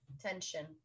Tension